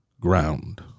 ground